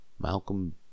Malcolm